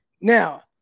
Now